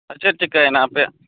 ᱟᱪᱪᱷᱟ ᱪᱤᱠᱟᱹᱭ ᱮᱱᱟ ᱟᱯᱮᱭᱟᱜ